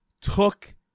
took